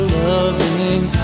loving